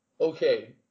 Okay